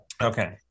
Okay